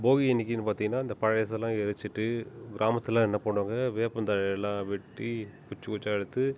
போகி அன்றைக்கினு பார்த்திங்கனா இந்தப் பழசெல்லாம் எரிச்சிட்டு கிராமத்தில் என்ன பண்ணுவாங்கள் வேப்பந்தழையெலாம் வெட்டி குச்சு குச்சாக எடுத்து